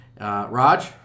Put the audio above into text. Raj